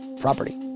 property